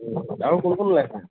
ও আৰু কোন কোন ওলাইছে